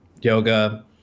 yoga